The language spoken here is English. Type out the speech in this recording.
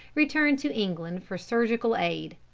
returned to england for surgical aid.